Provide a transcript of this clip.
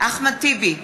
אחמד טיבי,